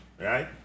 right